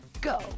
Go